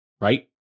right